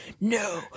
no